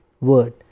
word